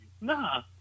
Nah